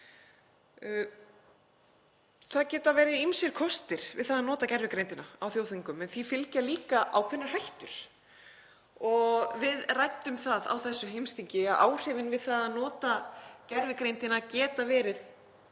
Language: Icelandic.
Það geta verið ýmsir kostir við það að nota gervigreindina á þjóðþingum en því fylgja líka ákveðnar hættur og við ræddum það á þessu heimsþingi að áhrifin við það að nota gervigreindina geta verið